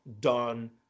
done